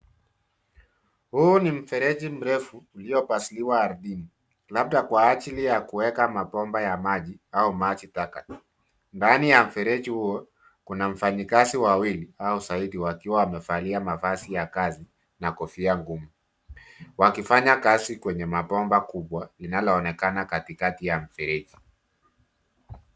Huu ni mfereji mrefu uliopasuliwa ardhini labda kwa ajili ya kuweka mabomba ya maji au maji taka. Ndani ya mfereji huu kuna wafanyikazi wawili au zaidi wakiwa wamevalia mavazi ya kazi na kofia ngumu. Wakifanya kazi kwenye mabomba kubwa yanayoonekana katikati ya mfereji.